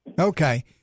Okay